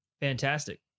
Fantastic